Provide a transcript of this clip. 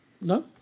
no